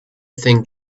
thing